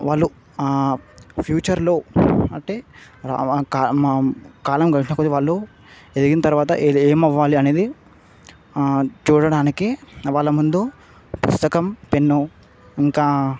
వాళ్ళు ఫ్యూచర్లో అంటే మా కాలం గడిచినకొలది వాళ్ళు ఎదిగిన తర్వాత ఏమవ్వాలి అనేది చూడడానికి వాళ్ళ ముందు పుస్తకం పెన్ను ఇంకా